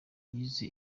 yize